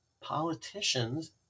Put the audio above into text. Politicians